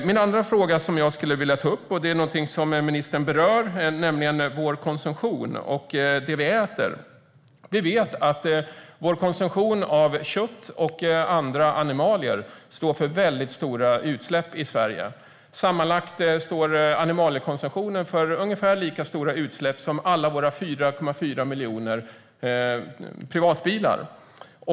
Min andra fråga jag skulle vilja ta upp är något som ministern berörde, nämligen vår konsumtion och det vi äter. Vi vet att vår konsumtion av kött och andra animalier står för stora utsläpp i Sverige. Sammanlagt står animaliekonsumtionen för ungefär lika stora utsläpp som alla våra 4,4 miljoner privatbilar.